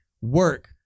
work